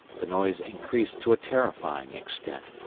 the noise increased to a terrifying extent,